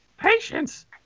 patience